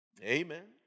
Amen